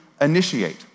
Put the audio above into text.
initiate